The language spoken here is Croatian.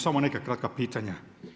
Samo neka kratka pitanja.